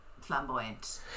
flamboyant